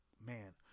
man